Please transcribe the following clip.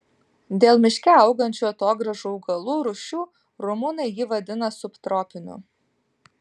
dėl miške augančių atogrąžų augalų rūšių rumunai jį vadina subtropiniu